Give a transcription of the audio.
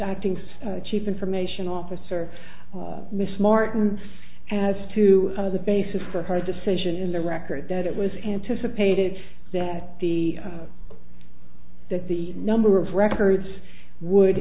acting's chief information officer of miss martin as to the basis for her decision in the record that it was anticipated that the that the number of records would